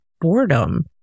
boredom